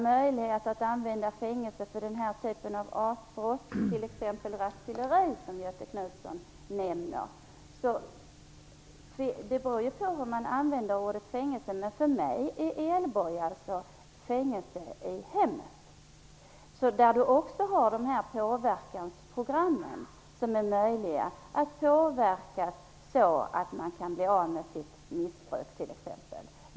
Möjligheten att använda fängelse för den typ av brott, t.ex. rattfylleri, som Göthe Knutson nämner beror på vad man menar med fängelse. För mig är en elboja fängelse i hemmet. Där finns också påverkansprogram. Det är möjligt att påverka så att man t.ex. kan bli av med sitt missbruk.